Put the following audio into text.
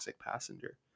passenger